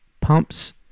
Pumps